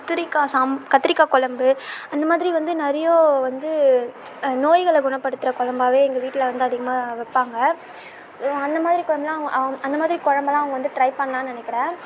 கத்திரிக்காய் சாம் கத்திரிக்காய் குலம்பு அந்த மாதிரி வந்து நிறையா வந்து நோய்களை குணப்படுத்துகிற குலம்பாவே எங்கள் வீட்டில் வந்து அதிகமாக வைப்பாங்க அந்த மாதிரி குலம்புலாம் அவங்க அவங்க அந்த மாதிரி குலம்பலாம் அவங்க வந்து ட்ரை பண்ணலான்னு நினைக்கிறேன்